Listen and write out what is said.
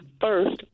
first